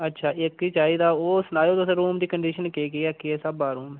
इक्क ई चाहिदा ओह् सनाओ ते कन्नै सनाओ थुहाड़े रूम दी कंडीशन कनेही ऐ ते केह् केह् ऐ